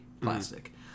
plastic